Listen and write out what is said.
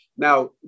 Now